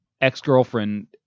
ex-girlfriend